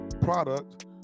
product